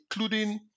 including